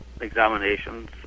examinations